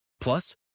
Plus